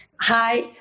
Hi